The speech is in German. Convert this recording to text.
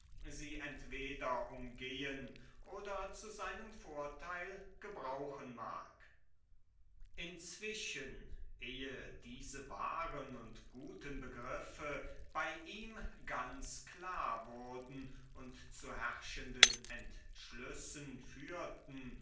sie entweder umgehen oder zu seinem vorteil gebrauchen mag inzwischen ehe diese wahren und guten begriffe bei ihm ganz klar wurden und zu herrschenden entschlüssen führten